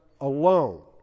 alone